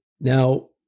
Now